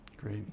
Great